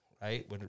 Right